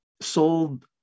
sold